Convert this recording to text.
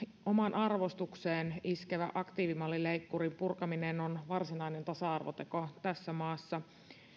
omaan arvostukseen iskevän aktiivimallin leikkurin purkaminen on varsinainen tasa arvoteko tässä maassa